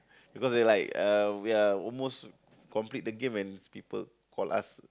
because they like uh we are almost complete the game and these people call us